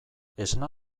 esna